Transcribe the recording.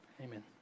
Amen